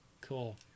Cool